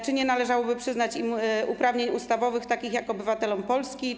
Czy nie należałoby przyznać im uprawnień ustawowych takich jak obywatelom Polski?